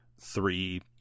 three